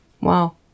Wow